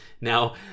now